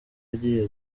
agiye